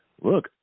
Look